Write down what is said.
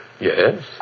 Yes